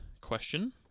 question